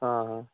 ହଁ ହଁ